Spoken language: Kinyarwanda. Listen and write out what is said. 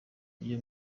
iyo